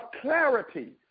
clarity